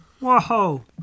Whoa